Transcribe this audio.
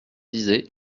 disait